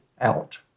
out